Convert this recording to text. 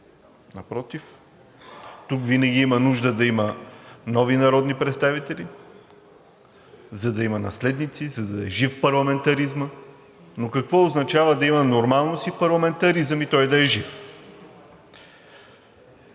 напротив, тук винаги има нужда да има нови народни представители, за да има наследници, за да е жив парламентаризмът. Но какво означава да има нормалност и парламентаризъм и той да е жив?